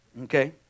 Okay